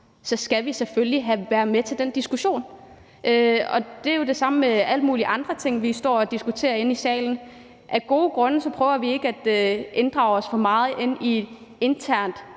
– skal vi selvfølgelig være med til den diskussion. Det er jo det samme med alle mulige andre ting, vi står og diskuterer her i salen. Af gode grunde prøver vi ikke at involvere os for meget i interne,